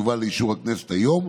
יובא לאישור הכנסת היום.